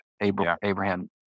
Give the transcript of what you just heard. Abraham